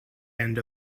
end